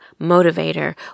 motivator